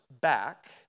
back